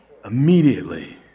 Immediately